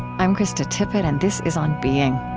i'm krista tippett, and this is on being